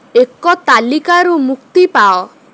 ଏକ ତାଲିକାରୁ ମୁକ୍ତି ପାଅ